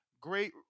great